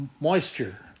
moisture